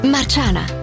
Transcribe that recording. Marciana